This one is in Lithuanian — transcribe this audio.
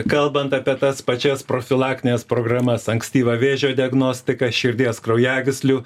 kalbant apie tas pačias profilaktines programas ankstyvą vėžio diagnostiką širdies kraujagyslių